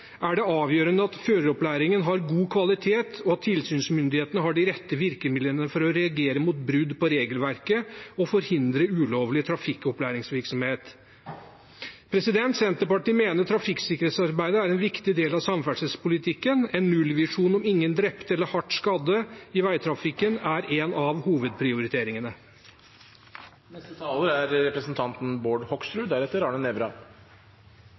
er det avgjørende at føreropplæringen har god kvalitet, og at tilsynsmyndighetene har de rette virkemidlene for å reagere mot brudd på regelverket og forhindre ulovlig trafikkopplæringsvirksomhet. Senterpartiet mener trafikksikkerhetsarbeidet er en viktig del av samferdselspolitikken. En nullvisjon om ingen drepte eller hardt skadde i veitrafikken er en av hovedprioriteringene. Fremskrittspartiet er